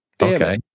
Okay